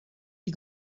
die